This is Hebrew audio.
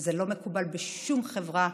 שזה לא מקובל בשום חברה,